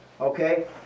okay